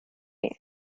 you